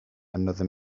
another